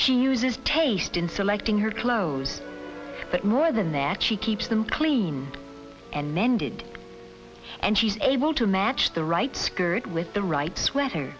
she uses taste in selecting her clothes but more than that she keeps them clean and mended and she's able to match the right skirt with the rights whether